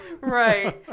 Right